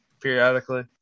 periodically